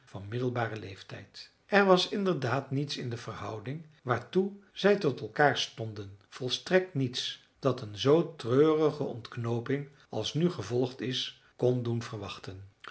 van middelbaren leeftijd er was inderdaad niets in de verhouding waartoe zij tot elkaar stonden volstrekt niets dat een zoo treurige ontknooping als nu gevolgd is kon doen verwachten